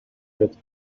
get